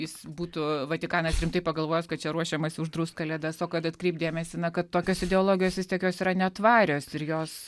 jis būtų vatikanas rimtai pagalvojęs kad čia ruošiamasi uždraust kalėdas o kad atkreipt dėmesį na kad tokios ideologijos vis tiek jos yra netvarios ir jos